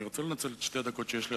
אני רוצה לנצל את שתי הדקות שיש לי,